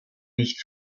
nicht